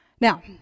Now